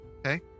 okay